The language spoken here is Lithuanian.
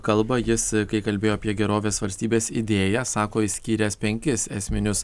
kalbą jis kai kalbėjo apie gerovės valstybės idėją sako išskyręs penkis esminius